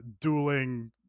dueling